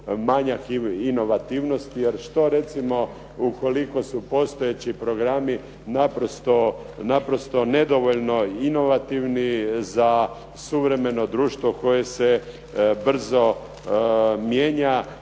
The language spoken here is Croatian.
manjak inovativnosti. Jer što recimo ukoliko su postojeći programi naprosto nedovoljno inovativni za suvremeno društvo koje se brzo mijenja